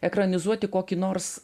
ekranizuoti kokį nors